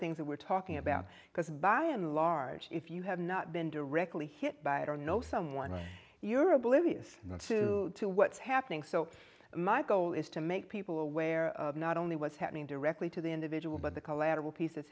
things that we're talking about because by and large if you have not been directly hit by it or know someone you're oblivious to to what's happening so my goal is to make people aware of not only what's happening directly to the individual but the collateral piece